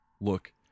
look